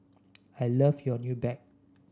I love your new bag